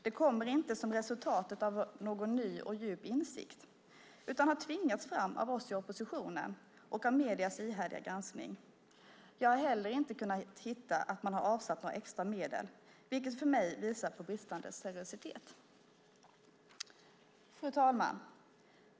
Det kommer inte som resultat av någon ny och djup insikt utan har tvingats fram av oss i oppositionen och av mediernas ihärdiga granskning. Jag har heller inte kunnat hitta att man har avsatt några extra medel, vilket för mig visar på bristande seriositet. Fru talman!